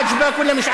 בשלב זה אני הריבון,